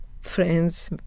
friends